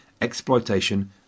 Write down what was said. exploitation